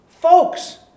Folks